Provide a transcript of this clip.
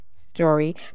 story